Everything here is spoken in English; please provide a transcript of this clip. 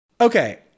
Okay